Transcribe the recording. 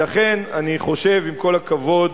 ולכן אני חושב, עם כל הכבוד,